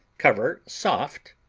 cover soft,